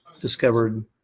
discovered